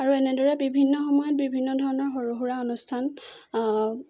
আৰু এনেদৰে বিভিন্ন সময়ত বিভিন্ন ধৰণৰ সৰু সুৰা অনুষ্ঠান